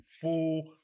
full